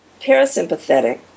parasympathetic